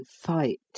FIGHT